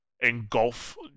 engulf